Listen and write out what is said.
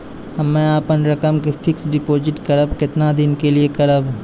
हम्मे अपन रकम के फिक्स्ड डिपोजिट करबऽ केतना दिन के लिए करबऽ?